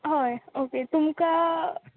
हय ओके तुमकां